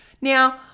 Now